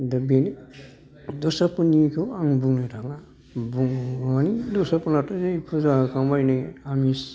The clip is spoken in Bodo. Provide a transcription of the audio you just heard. दा बेनो दस्राफोरनिखौ आं बुंनो थाङा माने दस्राफोरनाथ' नै फुजा होखांबाय आमिस